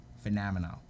phenomenal